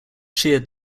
cheered